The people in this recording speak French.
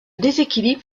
déséquilibre